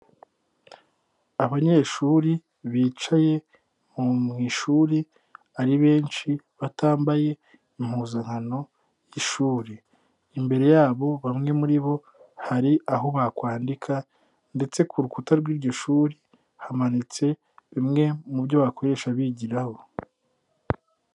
Abanyeshuri bicaye mu ishuri ari benshi batambaye impuzankano y'ishuri, imbere yabo bamwe muri bo hari aho bakwandika ndetse ku rukuta rw'iryo shuri hamanitse bimwe mu byo bakoresha bigiraho.